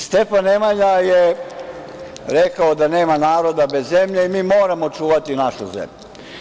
Stefan Nemanja je rekao da nema naroda bez zemlje i mi moramo čuvati našu zemlju.